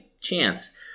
chance